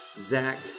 Zach